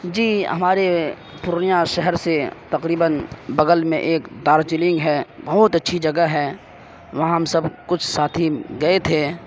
جی ہمارے پورنیہ شہر سے تقریباً بغل میں ایک دارجلنگ ہے بہت اچھی جگہ ہے وہاں ہم سب کچھ ساتھی گئے تھے